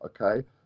okay